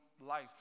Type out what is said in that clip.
life